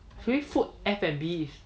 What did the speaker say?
ya should we put F&B